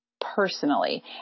personally